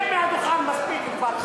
חלאס, תרד מהדוכן, מספיק כבר.